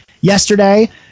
Yesterday